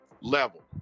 level